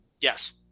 Yes